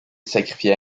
sacrifiés